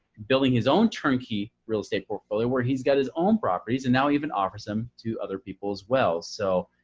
building his own turnkey real estate portfolio, where he's got his own properties and now even offers them to other people as well. so,